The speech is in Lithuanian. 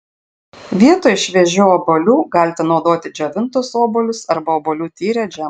vietoj šviežių obuolių galite naudoti džiovintus obuolius arba obuolių tyrę džemą